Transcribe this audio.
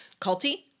Culty